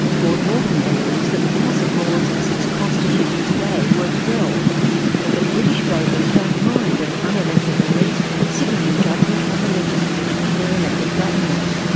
lord norton believes that the house of lords as it's constituted today, works well and that british voters don't mind an unelected elite sitting in judgment on the legislation of their elected government.